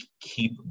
keep